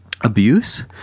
abuse